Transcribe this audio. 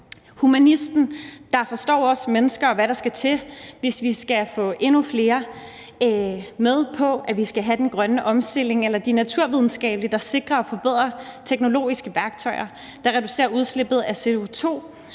humanisten, der forstår os mennesker, og hvad der skal til, hvis vi skal få endnu flere med på, at vi skal have den grønne omstilling; eller de naturvidenskabelige, der sikrer og forbedrer teknologiske værktøjer, der reducerer udslippet af CO2;